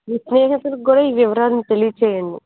మీ స్నేహితులకి కూడా ఈ వివరాలన్నీ తెలియచేయండి